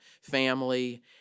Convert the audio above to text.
family